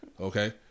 okay